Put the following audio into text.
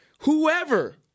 Whoever